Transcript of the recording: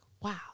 wow